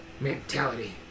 mentality